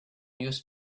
used